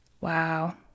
Wow